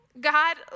God